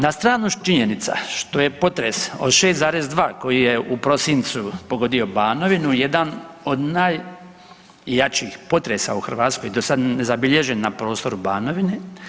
Na stranu činjenica što je potres od 6,2 koji je u prosincu pogodio Banovinu jedan od najjačih potresa u Hrvatskoj do sada nezabilježen na prostoru Banovine.